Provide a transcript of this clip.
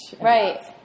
Right